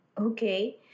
Okay